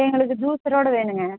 எங்களுக்கு ஜூஸரோட வேணுங்க